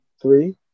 Three